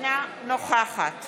אינה נוכחת